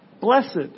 Blessed